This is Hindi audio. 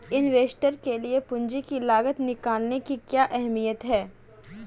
इन्वेस्टर के लिए पूंजी की लागत निकालने की क्या अहमियत है?